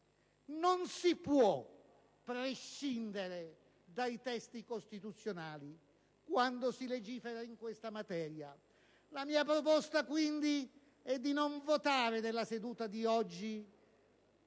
Non si può prescindere dai testi costituzionali quando si legifera in questa materia. La mia proposta è pertanto di non votare nella seduta di oggi